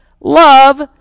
Love